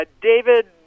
David